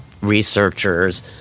researchers